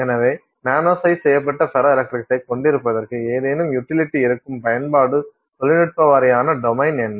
எனவே நானோசைஸ் செய்யப்பட்ட ஃபெரோஎலக்ட்ரிக்ஸை கொண்டிருப்பதற்கு ஏதேனும் யுட்டிலிட்டி இருக்கும் பயன்பாட்டு தொழில்நுட்ப வாரியான டொமைன் என்ன